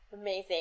amazing